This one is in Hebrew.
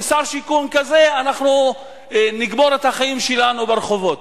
עם שר שיכון כזה אנחנו נגמור את החיים שלנו ברחובות.